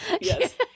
Yes